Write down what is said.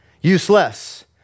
useless